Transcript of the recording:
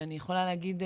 אני יכולה להגיד,